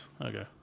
okay